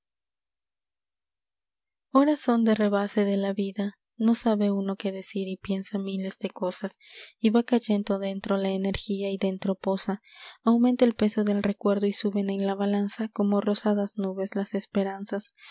joras son de rebase de la vida no sabe ano qué decir y piensa miles de cosas y va cayendo dentro la energía y dentro posa aumenta el peso del recuerdo y suben en la balanza como rosadas nubes las esperanzas